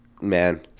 man